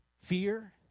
Fear